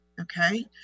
Okay